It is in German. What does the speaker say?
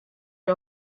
wir